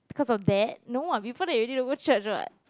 because of that no [what] before that you didn't go church [what]